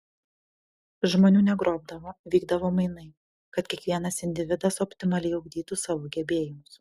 žmonių negrobdavo vykdavo mainai kad kiekvienas individas optimaliai ugdytų savo gebėjimus